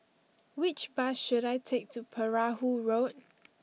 which bus should I take to Perahu Road